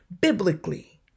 biblically